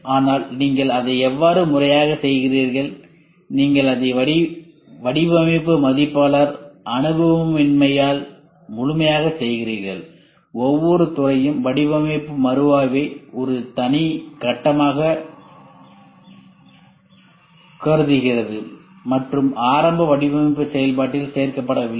ஆனால் நீங்கள் அதை எவ்வாறு முறையாகச் செய்கிறீர்கள் நீங்கள் அதை வடிவமைப்பு மதிப்பாய்வாளர் அனுபவமின்மையால் முழுமையாகச் செய்கிறீர்கள் ஒவ்வொரு துறையும் வடிவமைப்பு மறுஆய்வை ஒரு தனி கட்டமாகக் கருதுகிறது மற்றும் ஆரம்ப வடிவமைப்பு செயல்பாட்டில் சேர்க்கப்படவில்லை